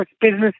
business